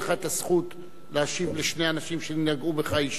תהיה לך הזכות להשיב לשני האנשים שנגעו בך אישית.